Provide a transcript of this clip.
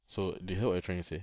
so is that what you're trying to say